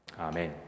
Amen